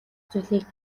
зүйлийг